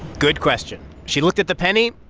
good question. she looked at the penny,